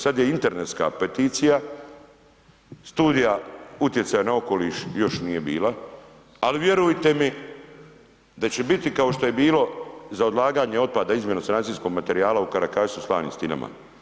Sad je internetska peticija, studija utjecaja na okoliš još nije bila, ali vjerujte mi da će biti kao što je bilo za odlaganje otpada izmjenom sanacijskog materijala u Karakašici u Slanim stinama.